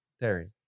Terry